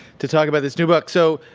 to talk about this new book. so,